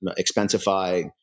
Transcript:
Expensify